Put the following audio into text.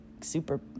super